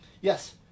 Yes